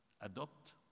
adopt